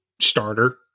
starter